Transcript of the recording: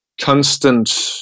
constant